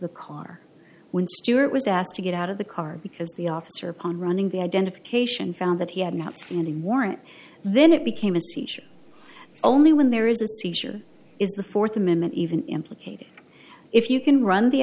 the car when stewart was asked to get out of the car because the officer upon running the identification found that he had an outstanding warrant then it became a seizure only when there is a seizure is the fourth amendment even implicated if you can run the